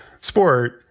sport